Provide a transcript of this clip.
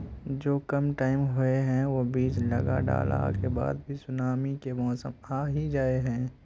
जो कम टाइम होये है वो बीज लगा डाला के बाद भी सुनामी के मौसम आ ही जाय है?